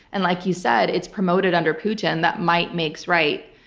and like you said, it's promoted under putin that might makes right.